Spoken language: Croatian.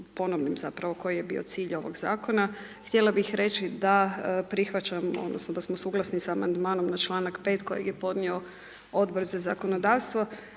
ponovim zapravo koji je bio cilj ovog zakona, htjela bih reći da prihvaćam odnosno da smo suglasni sa amandmanom na članak 5. kojeg je podnio Odbor za zakonodavstvo.